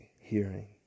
hearing